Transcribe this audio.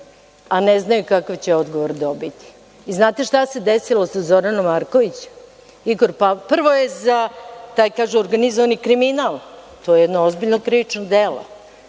a ne znaju kakav će odgovor dobiti. I, znate šta se desilo sa Zoranom Marković? Prvo je za taj, kaže organizovani kriminal, to je jedno ozbiljno krivično delo,